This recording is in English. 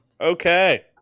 Okay